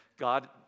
God